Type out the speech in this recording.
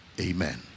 Amen